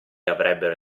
avrebbero